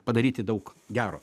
padaryti daug gero